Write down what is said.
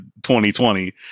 2020